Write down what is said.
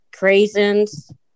craisins